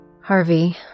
harvey